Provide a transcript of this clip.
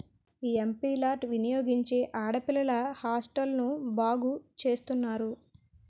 MP లార్డ్ వినియోగించి ఆడపిల్లల హాస్టల్ను బాగు చేస్తున్నారు